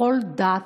בכל דת.